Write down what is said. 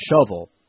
shovel